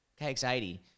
kx80